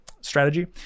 strategy